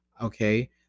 Okay